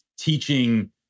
teaching